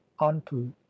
anpu